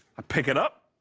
i pick it up.